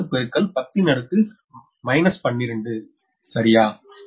85410 12 சரியா